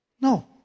No